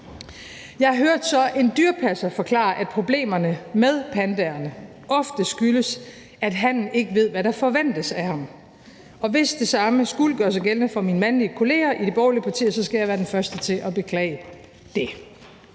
Jeg hørte så en dyrepasser forklare, at problemerne med pandaerne ofte skyldes, at hannen ikke ved, hvad der forventes af ham, og hvis det samme skulle gøre sig gældende for mine mandlige kollegaer i de borgerlige partier, så skal jeg være den første til at beklage det.